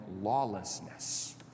lawlessness